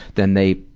then they,